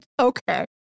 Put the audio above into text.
Okay